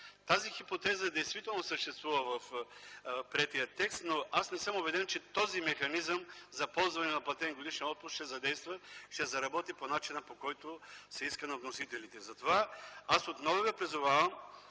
Тази хипотеза действително съществува в приетия текст, но аз не съм убеден, че този механизъм за ползване на платен годишен отпуск ще задейства, ще заработи по начина, по който се иска на вносителите. Затова аз отново Ви призовавам